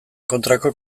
kontrako